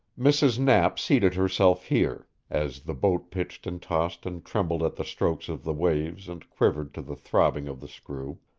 mrs. knapp seated herself here, as the boat pitched and tossed and trembled at the strokes of the waves and quivered to the throbbing of the screw,